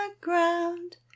ground